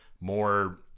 more